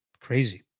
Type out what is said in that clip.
Crazy